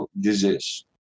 disease